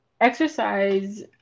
exercise